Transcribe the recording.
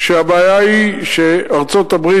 שהבעיה היא שארצות-הברית,